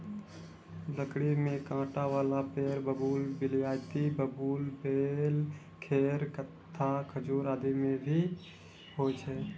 लकड़ी में कांटा वाला पेड़ बबूल, बिलायती बबूल, बेल, खैर, कत्था, खजूर आदि भी होय छै